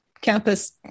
campus